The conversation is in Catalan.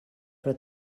però